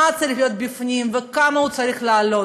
מה צריך להיות בו וכמה הוא צריך לעלו,